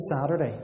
Saturday